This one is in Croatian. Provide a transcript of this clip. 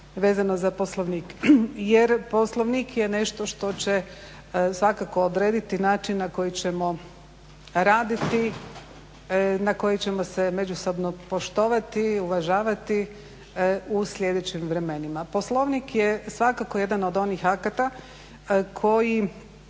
vezano za Poslovnik. Jer Poslovnik je nešto što će svakako odrediti način na koji ćemo raditi, na koji ćemo se međusobno poštovati, uvažavati u sljedećim vremenima. Poslovnik je svakako jedan od onih akata koji